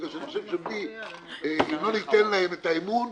בגלל שאני חושב שאם לא ניתן בהם את האמון,